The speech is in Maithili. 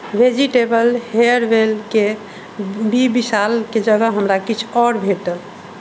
वेजिटेवल हेयरवेलके बी विशालके जगह हमरा किछु आओर भेटल